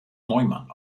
neumann